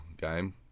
game